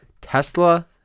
Tesla